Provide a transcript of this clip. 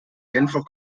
genfer